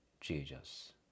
Jesus